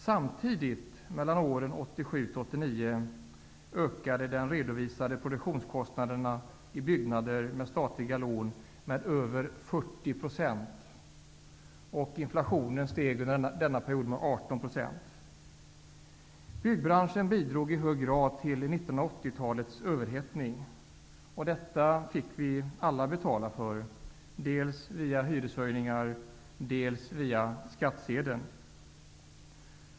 Samtidigt, mellan åren 1987 och 1989, ökade den redovisade produktionskostnaden i byggnader med statliga lån med över 40 %. Inflationen steg under samma period med 18 %. Byggbranschen bidrog i hög grad till 1980-talets överhettning. Detta fick vi alla betala för, dels via hyreshöjningar, dels via skattsedeln.